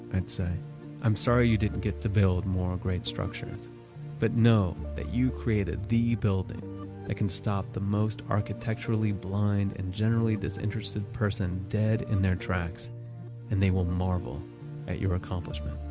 i'd say i'm sorry you didn't get to build more great structures but know that you created the building that can stop the most architecturally blind, and generally disinterested person dead in their tracks and they will marvel at your accomplishment.